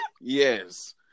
yes